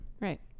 Right